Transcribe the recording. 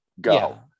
Go